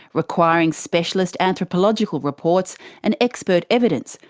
requiring specialist anthropological reports and expert evidence,